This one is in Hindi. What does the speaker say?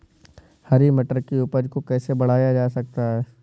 हरी मटर की उपज को कैसे बढ़ाया जा सकता है?